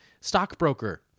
stockbroker